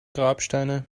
grabsteine